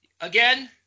Again